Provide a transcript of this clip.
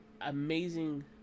amazing